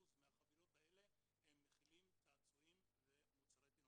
מהחבילות האלה מכילות צעצועים ומוצרי תינוקות,